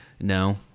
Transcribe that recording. no